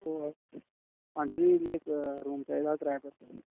ओह् आंटी जी मिगी इक रूम चाहिदा हा कराए उप्पर